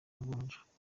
amavunja